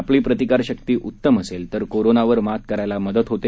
आपली प्रतिकारशक्ती उत्तम असेल तर कोरोनावर मात करायला मदत होते